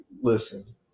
listen